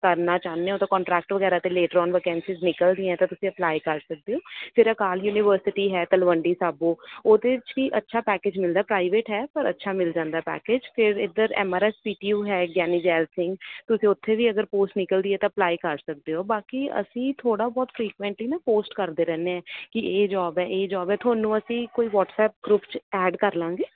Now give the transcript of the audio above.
ਕਰਨਾ ਚਾਹੁੰਦੇ ਹੋ ਤਾਂ ਕੌਂਟਰੈਕਟ ਵਗੈਰਾ 'ਤੇ ਲੇਟਰੋਨ ਵਕੈਂਸੀਜ ਨਿਕਲਦੀਆਂ ਤਾਂ ਤੁਸੀਂ ਅਪਲਾਈ ਕਰ ਸਕਦੇ ਹੋ ਫਿਰ ਅਕਾਲ ਯੂਨੀਵਰਸਿਟੀ ਹੈ ਤਲਵੰਡੀ ਸਾਬੋ ਉਹਦੇ 'ਚ ਵੀ ਅੱਛਾ ਪੈਕਜ ਮਿਲਦਾ ਪ੍ਰਾਈਵੇਟ ਹੈ ਪਰ ਅੱਛਾ ਮਿਲ ਜਾਂਦਾ ਪੈਕੇਜ ਫਿਰ ਇੱਧਰ M R S P T U ਹੈ ਗਿਆਨੀ ਜੈਲ ਸਿੰਘ ਕਿਉਂਕਿ ਉੱਥੇ ਵੀ ਅਗਰ ਪੋਸਟ ਨਿਕਲਦੀ ਹੈ ਤਾਂ ਅਪਲਾਈ ਕਰ ਸਕਦੇ ਹੋ ਬਾਕੀ ਅਸੀਂ ਥੋੜ੍ਹਾ ਬਹੁਤ ਫਰੀਕੁਇੰਟਲੀ ਨਾ ਪੋਸਟ ਕਰਦੇ ਰਹਿੰਦੇ ਹਾਂ ਕਿ ਇਹ ਜੋਬ ਹੈ ਇਹ ਜੋਬ ਹੈ ਤੁਹਾਨੂੰ ਅਸੀਂ ਕੋਈ ਵਟਸਐਪ ਗਰੁੱਪ 'ਚ ਐਡ ਕਰ ਲਵਾਂਗੇ